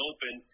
Open